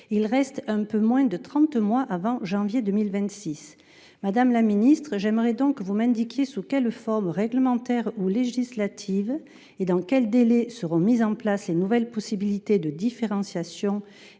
Il reste un peu moins de trente mois avant janvier 2026. Madame la ministre, j’aimerais donc que vous m’indiquiez sous quelle forme réglementaire ou législative et dans quel délai seront mises en place les nouvelles possibilités de différenciation,